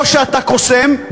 או שאתה קוסם,